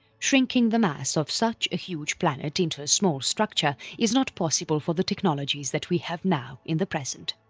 shrinking the mass of such a huge planet into a small structure is not possible for the technologies that we have now in the present.